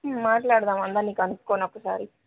మాట్లాడదాము అందరిని కనుక్కుని ఒక్కసారి